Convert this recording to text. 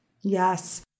Yes